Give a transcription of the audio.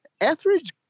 Etheridge